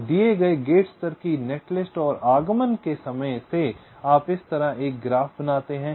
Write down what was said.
तो दिए गए गेट स्तर की नेटलिस्ट और आगमन के समय से आप इस तरह एक ग्राफ बनाते हैं